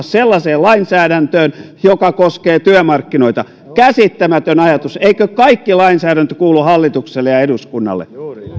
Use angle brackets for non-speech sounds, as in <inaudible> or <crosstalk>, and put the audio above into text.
<unintelligible> sellaiseen lainsäädäntöön joka koskee työmarkkinoita käsittämätön ajatus eikö kaikki lainsäädäntö kuulu hallitukselle ja eduskunnalle